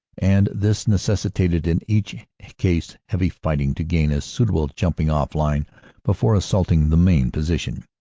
and this necessitated in each case heavy fighting to gain a suitable jumping-off line before assaulting the main position.